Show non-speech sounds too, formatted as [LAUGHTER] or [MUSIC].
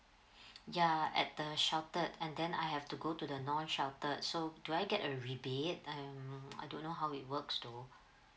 [BREATH] ya at the sheltered and then I have to go to the non sheltered so do I get a rebate um I don't know how it works to